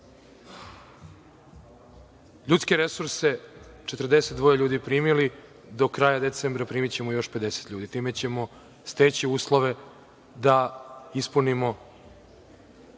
ljudske resurse, 42 ljudi primili, do kraja decembra primićemo još 50 ljudi. Time ćemo steći uslove da ispunimo